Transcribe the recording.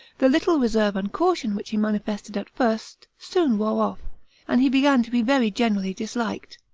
the little reserve and caution which he manifested at first soon wore off and he began to be very generally disliked.